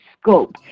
scope